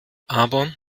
aber